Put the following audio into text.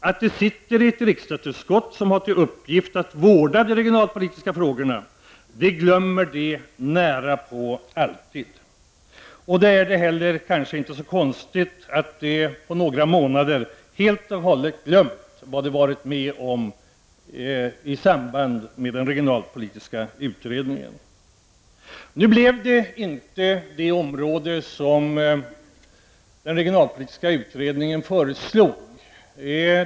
Att de sitter i ett riksdagsutskott som har till uppgift att vårda de regionalpolitiska frågorna glömmer de närapå alltid. Det är då heller inte så konstigt att de på några månader helt och hållet glömt vad de varit med om i samband med den regionalpolitiska utredningen. Nu blev det inte så som den regionalpolitiska utredningen föreslog.